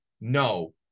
No